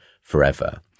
forever